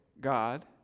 God